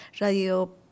radio